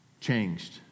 changed